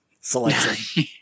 selection